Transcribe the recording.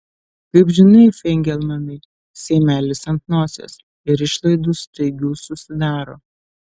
kaip žinai feigelmanai seimelis ant nosies ir išlaidų staigių susidaro